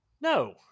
No